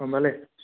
গ'ম পালে